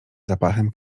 zapachem